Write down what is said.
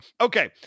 Okay